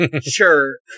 sure